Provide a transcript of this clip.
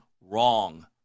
wrong